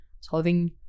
solving